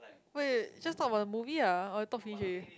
wait just talk about the movie ah or you talk finish already